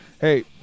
Hey